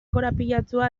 korapilatsua